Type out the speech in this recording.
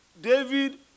David